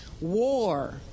war